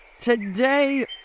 today